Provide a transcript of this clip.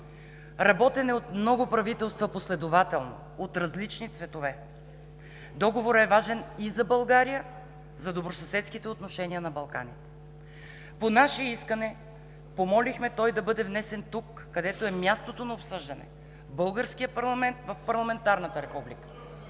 Работен е от много правителства последователно – от различни цветове. Договорът е важен и за България, и за добросъседските отношения на Балканите. По наше искане помолихме той да бъде внесен тук, където е мястото му на обсъждане – в българския парламент, в парламентарната република.